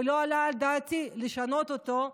ולא עלה על דעתי לשנות אותו,